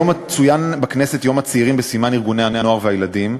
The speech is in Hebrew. היום צוין בכנסת יום הצעירים בסימן ארגוני הנוער והילדים.